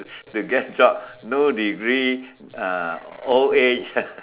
the guess job no degree uh old age